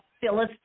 Phyllis